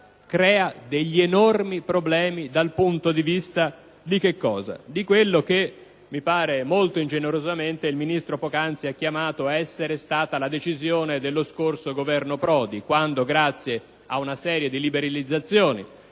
crea enormi problemi dal punto di vista di quello che, mi pare molto ingenerosamente, il Ministro poc'anzi ha chiamato essere stata la decisione dello scorso Governo Prodi, quando, grazie ad una serie di liberalizzazioni